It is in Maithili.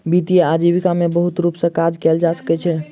वित्तीय आजीविका में बहुत रूप सॅ काज कयल जा सकै छै